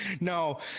no